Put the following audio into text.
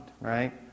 right